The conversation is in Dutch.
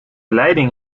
leiding